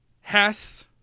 Hess